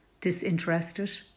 disinterested